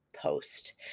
post